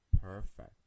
perfect